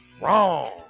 wrong